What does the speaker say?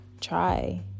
try